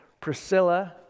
Priscilla